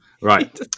Right